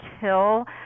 kill